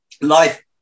life